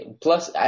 Plus